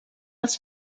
els